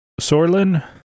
Sorlin